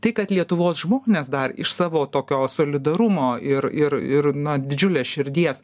tai kad lietuvos žmonės dar iš savo tokio solidarumo ir ir ir na didžiulės širdies